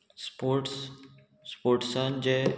sports स्पोर्ट्सान जे